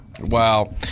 Wow